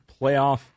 playoff